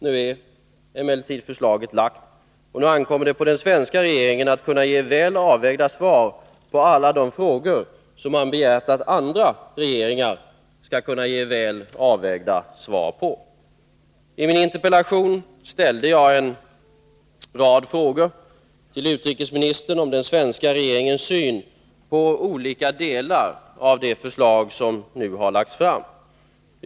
Nu är förslaget emellertid framlagt, och nu ankommer det på den svenska regeringen att kunna ge väl avvägda svar på alla de frågor som man begärt att andra regeringar skall ge väl avvägda svar på. I min interpellation ställde jag en rad frågor till utrikesministern om den svenska regeringens syn på olika delar av det förslag som nu lagts fram.